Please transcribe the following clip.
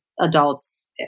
adults